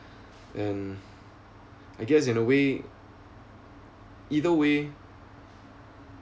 and I guess in a way either way